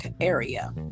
area